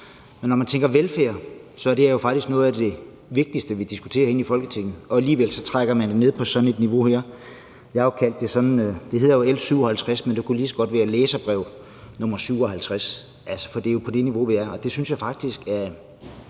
Men når man tænker velfærd, er det jo faktisk noget af det vigtigste, vi diskuterer herinde i Folketinget, og alligevel trækker man det ned på sådan et niveau her. Det hedder lovforslag nr. L 57, men det kunne lige så godt være læserbrev nr. 57, for det er jo på det niveau, vi er her. Det bliver jeg faktisk lidt